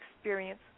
experience